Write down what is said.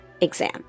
exam